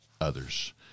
others